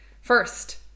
First